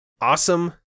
awesome